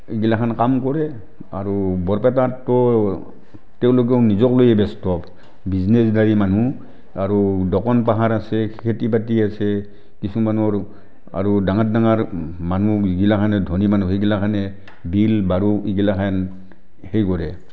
এইগিলাখান কাম কৰে আৰু বৰপেটাততো তেওঁলোকক নিজৰ লৈয়ে ব্যস্ত বিজনেছদাৰী মানুহ আৰু দোকান পোহাৰ আছে খেতি বাতি আছে কিছুমানৰ আৰু ডাঙৰ ডাঙৰ মানুহ এইগিলাখনে ধনী মানুহ সেইগিলাখনে বিল বাৰু এইগিনাখনে হেৰি কৰে